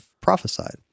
prophesied